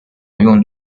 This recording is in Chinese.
用途